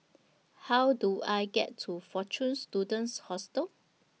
How Do I get to Fortune Students Hostel